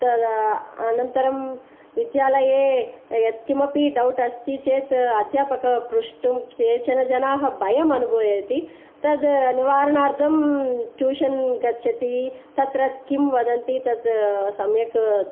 अनन्तरं विद्यालये यत् किमपि डौट् अस्ति चेत् अध्यापकं प्रष्टुं केचन जनाः भयम् अनुभवयति तत् निवारणार्थं ट्यूशन् गच्छति तत्र किं वदन्ति तत् सम्यक्